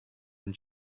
and